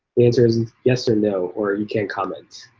answer is yes or no? or you can comment.